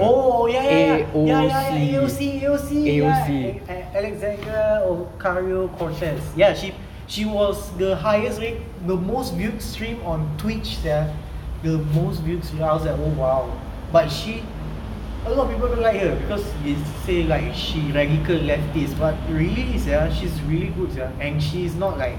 oh ya ya ya ya ya A O C A O C ya alexandria ocasio-cortez ya she she was the highest ra~ the most viewed stream on twitch sia the most viewed stream I was like oh !wow! but she a lot of people don't like her because they say like she radical leftist but really sia she's really good sia and she's not like